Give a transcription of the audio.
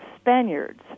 Spaniards